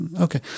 Okay